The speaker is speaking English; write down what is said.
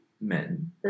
men